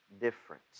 difference